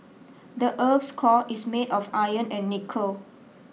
the earth's core is made of iron and nickel